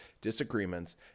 disagreements